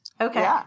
Okay